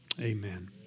Amen